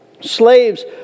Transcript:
slaves